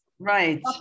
Right